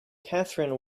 catherine